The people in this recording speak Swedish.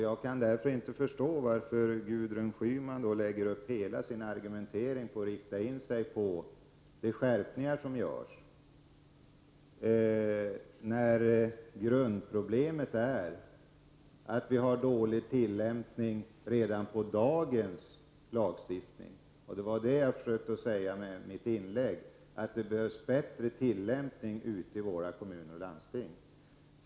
Jag kan därför inte förstå varför Gudrun Schyman riktar in hela sin argumentering på de skärpningar som görs, när grundproblemet är att vi har dålig tillämpning redan av dagens lagstiftning. Det var det jag försökte säga med mitt inlägg, att det behövs bättre tillämpning ute i våra kommuner och landsting.